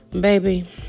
baby